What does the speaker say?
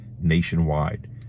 nationwide